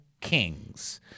kings